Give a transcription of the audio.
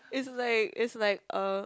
it's like it's like er